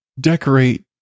decorate